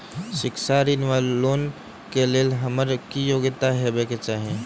शिक्षा ऋण वा लोन केँ लेल हम्मर की योग्यता हेबाक चाहि?